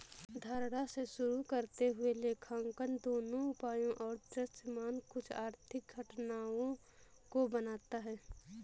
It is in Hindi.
धारणा से शुरू करते हुए लेखांकन दोनों उपायों और दृश्यमान कुछ आर्थिक घटनाओं को बनाता है